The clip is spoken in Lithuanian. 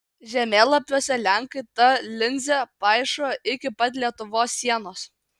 žemėlapiuose lenkai tą linzę paišo iki pat lietuvos sienos